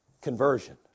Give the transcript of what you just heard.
conversion